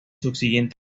subsiguiente